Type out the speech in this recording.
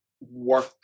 work